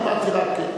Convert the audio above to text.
אמרתי רק.